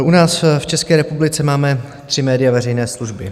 U nás v České republice máme tři média veřejné služby.